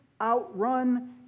outrun